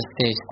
stage